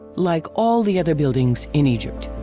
like all the other buildings in egypt.